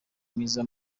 myiza